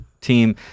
Team